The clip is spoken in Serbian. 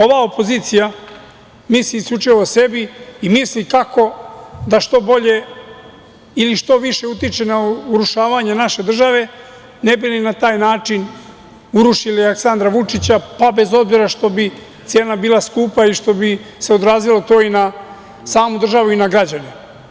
Ova opozicija misli isključivo o sebi i misli kako da što bolje ili da što više utiče na urušavanje naše države ne bi li na taj način urušili Aleksandra Vučića, pa bez obzira što bi cena bila skupa i što bi se odrazilo to i na samu državu i na građane.